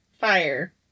Fire